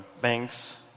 banks